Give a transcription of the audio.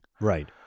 Right